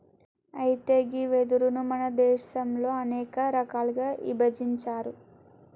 అయితే గీ వెదురును మన దేసంలో అనేక రకాలుగా ఇభజించారు